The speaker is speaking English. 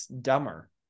dumber